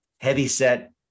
heavyset